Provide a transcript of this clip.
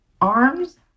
arms